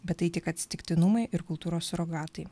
bet tai tik atsitiktinumai ir kultūros surogatai